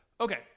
Okay